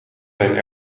zijn